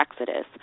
exodus